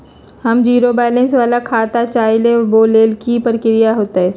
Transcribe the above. हम zero balance वाला खाता चाहइले वो लेल की की प्रक्रिया होतई?